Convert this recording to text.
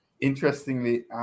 Interestingly